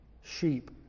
sheep